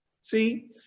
see